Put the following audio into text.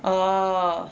orh